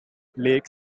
lake